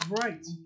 Right